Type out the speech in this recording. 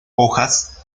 hojas